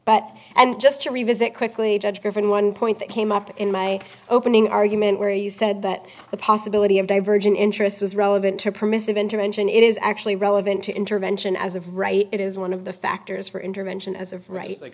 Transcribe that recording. but and just to revisit quickly judge griffin one point that came up in my opening argument where you said that the possibility of divergent interests was relevant to permissive intervention it is actually relevant to intervention as of right it is one of the factors for intervention as of right like